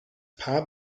paar